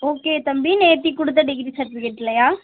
okay தம்பி நேற்று கொடுத்த டிகிரி சர்ட்விகேட்லேயா